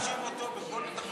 השר כהן,